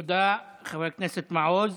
תודה, חבר הכנסת מעוז.